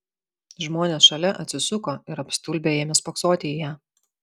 žmonės šalia atsisuko ir apstulbę ėmė spoksoti į ją